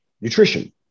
nutrition